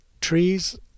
Trees